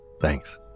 Thanks